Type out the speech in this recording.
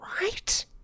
Right